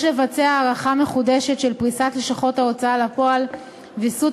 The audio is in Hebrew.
יש לבצע הערכה מחודשת של פריסת לשכות ההוצאה לפועל וויסות